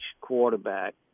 quarterback